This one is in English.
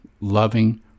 loving